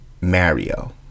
Mario